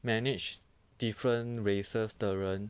manage different races 的人